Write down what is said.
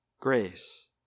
grace